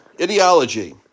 ideology